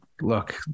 look